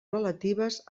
relatives